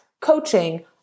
coaching